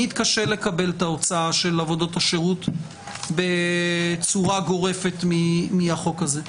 שאני אתקשה לקבל את ההוצאה של עבודות השירות בצורה גורפת מהחוק הזה.